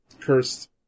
Cursed